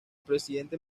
presidente